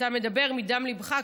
אתה מדבר מדם ליבך,